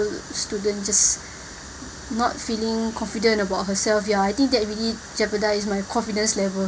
student just not feeling confident about herself ya I think that really jeopardise my confidence level